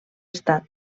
estat